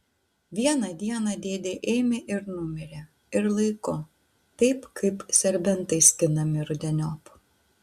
vieną dieną dėdė ėmė ir numirė ir laiku taip kaip serbentai skinami rudeniop